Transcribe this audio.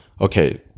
okay